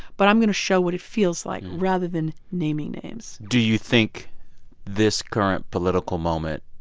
but i'm going to show what it feels like, rather than naming names do you think this current political moment,